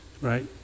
right